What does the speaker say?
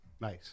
Nice